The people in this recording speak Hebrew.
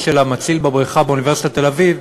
של המציל בבריכה באוניברסיטת תל-אביב,